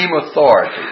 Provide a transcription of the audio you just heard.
authority